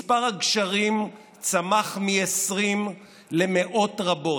מספר הגשרים צמח מ-20 למאות רבות.